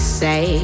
say